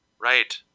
Right